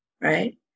Right